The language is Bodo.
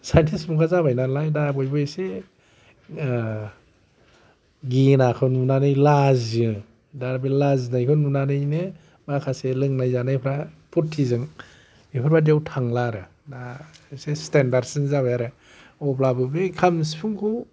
साइनटिज मुगा जाबाय नालाय दा बयबो एसे ओह गिनाखौ नुनानै लाजियो दा बे लाजिनायखौ नुनानैनो माखासे लोंनाय जानायफ्रा फुरथिजों बेफोर बायदिआव थांला आरो दा एसे स्तेनदार जाबाय आरो अब्लाबो बे खाम सिफुंखौ